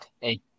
Hey